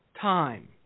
time